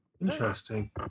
Interesting